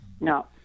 No